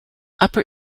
upper